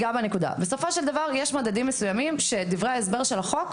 בסופו של דבר יש מדדים מסוימים בדברי ההסבר של החוק,